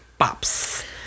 bops